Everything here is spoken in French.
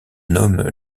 nomment